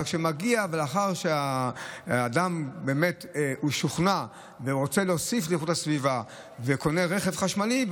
אבל לאחר שהאדם באמת שוכנע ורוצה להוסיף לאיכות הסביבה וקונה רכב חשמלי,